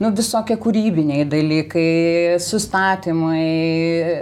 nu visokie kūrybiniai dalykai sustatymai